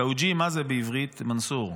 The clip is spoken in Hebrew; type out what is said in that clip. תאוג'יהי, מה זה בעברית, מנסור?